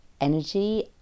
energy